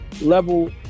level